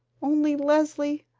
only, leslie,